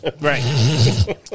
right